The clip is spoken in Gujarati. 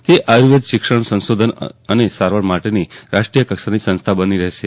તે આયુર્વેદ શિક્ષણ સંશોધન અનેસારવાર માટેની રાષ્ટ્રીય કક્ષાની સંસ્થા બનશે